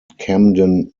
camden